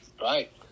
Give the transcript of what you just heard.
Right